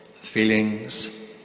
feelings